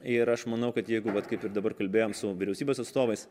ir aš manau kad jeigu vat kaip ir dabar kalbėjom su vyriausybės atstovais